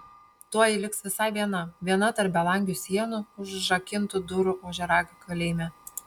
tuoj ji liks visai viena viena tarp belangių sienų už užrakintų durų ožiaragio kalėjime